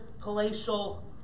palatial